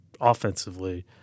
offensively